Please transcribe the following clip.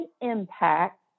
impact